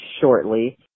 shortly